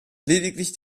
lediglich